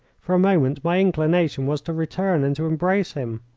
for a moment my inclination was to return and to embrace him.